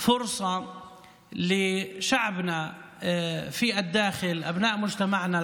זו ההזדמנות של העם שלנו במדינה,